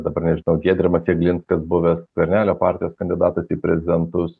dabar nežinau giedrimas jeglinskas buvęs skvernelio partijos kandidatas į prezidentus